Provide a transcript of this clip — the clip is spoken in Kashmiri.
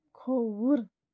کھووُر